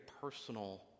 personal